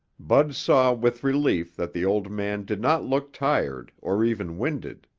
bud saw with relief that the old man did not look tired or even winded.